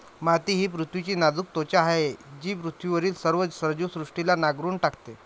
माती ही पृथ्वीची नाजूक त्वचा आहे जी पृथ्वीवरील सर्व जीवसृष्टीला नांगरून टाकते